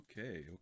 Okay